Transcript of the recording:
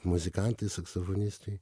muzikantai saksofonistai